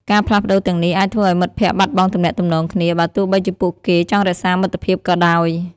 ការផ្លាស់ប្តូរទាំងនេះអាចធ្វើឱ្យមិត្តភក្តិបាត់បង់ទំនាក់ទំនងគ្នា បើទោះបីជាពួកគេចង់រក្សាមិត្តភាពក៏ដោយ ។